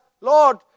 Lord